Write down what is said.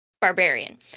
barbarian